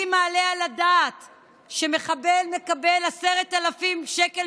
מי מעלה על הדעת שמחבל מקבל 10,000 שקל